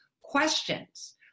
questions